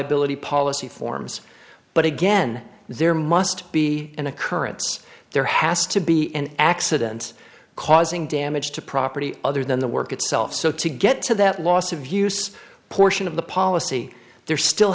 liability policy forms but again there must be an occurrence there has to be an accident causing damage to property other than the work itself so to get to that loss of use portion of the policy there still